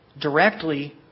directly